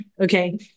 okay